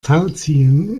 tauziehen